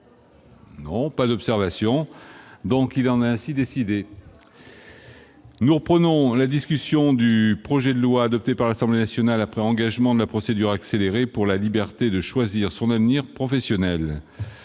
La séance est reprise. Nous reprenons la discussion du projet de loi, adopté par l'Assemblée nationale après engagement de la procédure accélérée, pour la liberté de choisir son avenir professionnel.